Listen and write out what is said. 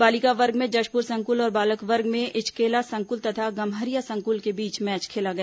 बालिका वर्ग में जशपुर संकुल और बालक वर्ग में इचकेला संकुल तथा गम्हरिया संकुल के बीच मैच खेला गया